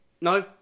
No